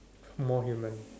more human